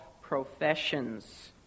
professions